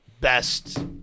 best